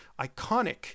iconic